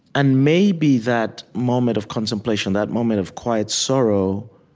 and maybe that moment of contemplation, that moment of quiet sorrow,